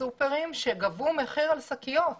וסופרים שגבו מחיר על שקיות.